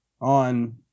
on